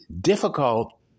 difficult